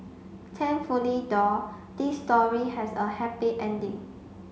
thankfully though this story has a happy ending